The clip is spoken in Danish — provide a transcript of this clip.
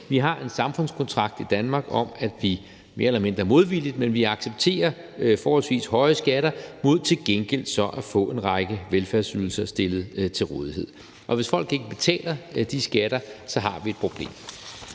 Vi har en samfundskontrakt i Danmark om, at vi – mere eller mindre modvilligt – accepterer forholdsvis høje skatter mod til gengæld så at få en række velfærdsydelser stillet til rådighed, og hvis folk ikke betaler de skatter, har vi et problem.